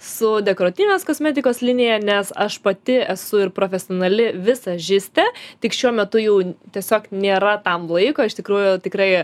su dekoratyvinės kosmetikos linija nes aš pati esu ir profesionali vizažistė tik šiuo metu jau tiesiog nėra tam laiko iš tikrųjų tikrai